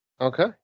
Okay